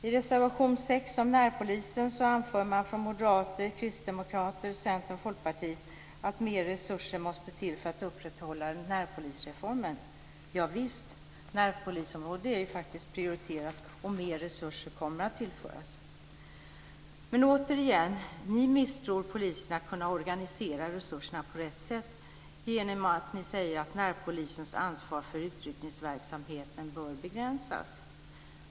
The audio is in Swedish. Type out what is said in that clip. I reservation 6 om närpolisen anför man från Moderaterna, Kristdemokraterna, Centern och Folkpartiet att mer resurser måste till för att upprätthålla närpolisreformen. Javisst! Närpolisområdet är faktiskt prioriterat, och mer resurser kommer att tillföras. Återigen vill jag säga att ni misstror polisen när det gäller att kunna organisera resurserna på rätt sätt genom att ni säger att närpolisens ansvar för utryckningsverksamheten bör begränsas.